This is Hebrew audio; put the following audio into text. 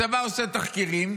הצבא עושה תחקירים,